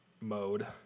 mode